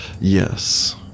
Yes